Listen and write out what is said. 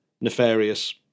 nefarious